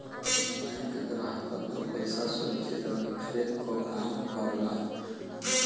bank ग्राहक क पइसा सुरक्षित रखे क काम करला